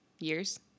Years